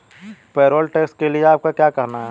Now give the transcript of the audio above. Payroll tax के लिए आपका क्या कहना है?